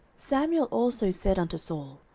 samuel also said unto saul,